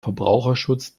verbraucherschutz